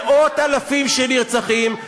מאות-אלפים שנרצחים,